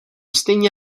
stejně